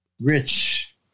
rich